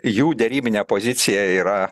jų derybinė pozicija yra